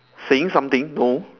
saying something no